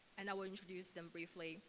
and i will introduce them briefly.